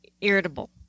irritable